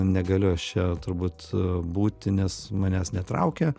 negaliu aš čia turbūt būti nes manęs netraukė